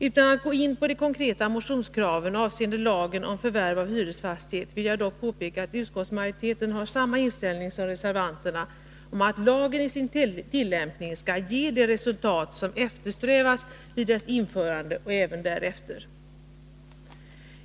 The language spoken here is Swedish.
Utan att gå in på de konkreta motionskraven avseende lagen om förvärv av hyresfastighet vill jag dock påpeka att utskottsmajoriteten har samma inställning som reservanterna, att lagen i sin tillämpning skall ge det resultat som eftersträvats vid dess införande och även därefter.